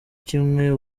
kimwe